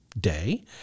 day